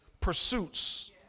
pursuits